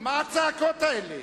מה הצעקות האלה?